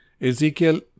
Ezekiel